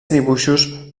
dibuixos